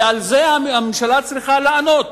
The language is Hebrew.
ועל זה הממשלה צריכה לענות: